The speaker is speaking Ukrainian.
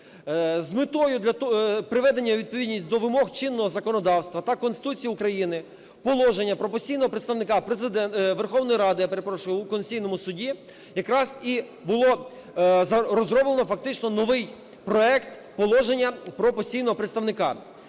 З метою приведення у відповідність до вимог чинного законодавства та Конституції України Положення про постійного представника Верховної Ради у Конституційному Суді якраз і було розроблено фактично новий проект Положення про постійного представника.